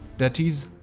that is,